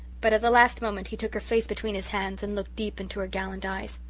but at the last moment he took her face between his hands and looked deep into her gallant eyes.